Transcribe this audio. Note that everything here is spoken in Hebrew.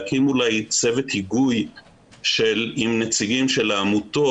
להקים אולי צוות היגוי עם נציגים של העמותות,